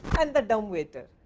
and the dumb waiter,